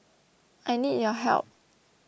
I need your help